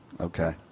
Okay